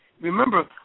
remember